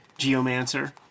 Geomancer